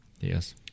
Yes